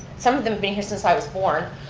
some of them being here since i was born.